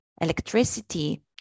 electricity